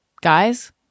guys